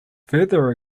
further